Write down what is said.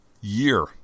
Year